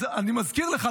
אני מזכיר לך,